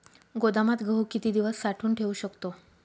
गोदामात गहू किती दिवस साठवून ठेवू शकतो?